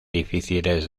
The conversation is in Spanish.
difíciles